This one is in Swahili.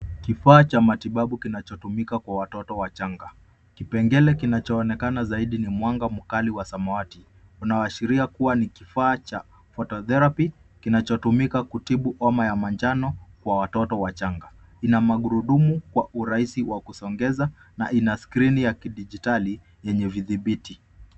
Kifaa cha matibabu kinachotumika kwa watoto wachanga. Kipengele kinachoonekana zaidi ni mwanga mkali wa samawati unaoashiria kuwa ni kifaa cha watu wa therapy kinachotumika kutibu homa ya manjano kwa watoto wachanga. Ina magurudumu wa urahisi wa kusongeza na ina skrini ya kidijitali yenye vidhibiti.